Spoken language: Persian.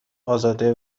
آزاده